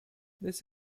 this